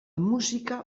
música